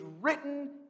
written